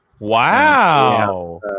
wow